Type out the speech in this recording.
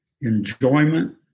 enjoyment